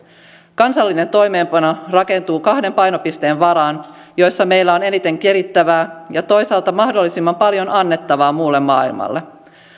kansallinen toimeenpano rakentuu kahden painopisteen varaan joissa meillä on eniten kirittävää ja toisaalta mahdollisimman paljon annettavaa muulle maailmalle